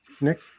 Nick